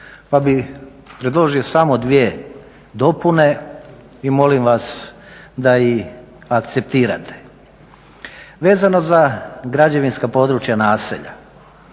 pa bih predložio samo dvije dopune i molim vas da ih akceptirate. Vezano za građevinska područja naselja.